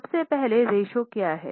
सबसे पहले रेश्यो क्या है